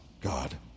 God